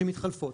שמתחלפות.